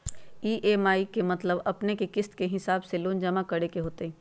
EMI के मतलब है कि अपने के किस्त के हिसाब से लोन जमा करे के होतेई?